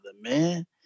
man